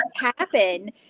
happen